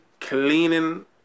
cleaning